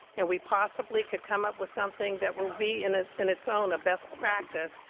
and we possibly could come up with something that will be in ah in its own a best practice,